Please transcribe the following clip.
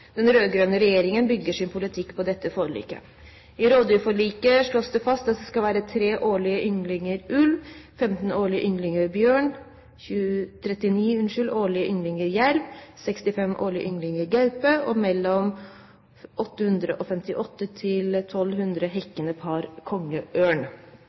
Den rød-grønne regjeringen bygger sin politikk på dette forliket. I rovdyrforliket slås det fast at det skal være 3 årlige ynglinger ulv, 15 årlige ynglinger bjørn, 39 årlige ynglinger jerv, 65 årlige ynglinger gaupe og 858–1 200 hekkende par kongeørn. Gjennom rovdyrforliket ble det også lagt opp til